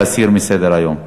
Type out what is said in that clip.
להסיר מסדר-היום.